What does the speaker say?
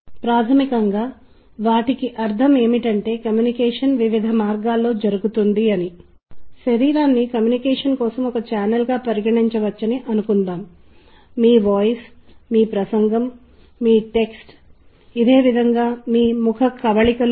దీని గురించి మాట్లాడటానికి కారణం ఏమిటంటే ఇది సంగీతాన్ని భావోద్వేగాల భావనతో అనుబంధిస్తుంది మరియు ఒక సౌందర్య భావోద్వేగం మరియు భావోద్వేగం మరియు సంగీతం గణనీయంగా ముడిపడి ఉంది మరియు వివిధ మార్గాల్లో ప్రజలను ఒప్పించే ప్రకటనల సామాజిక సాంస్కృతిక సందర్భంలో ఔచిత్యాన్ని కలిగి ఉంటుంది